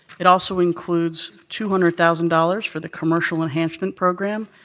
it also includes two hundred thousand dollars for the commercial enhancement program,